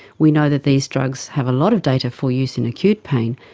we know that these drugs have a lot of data for use in acute pain,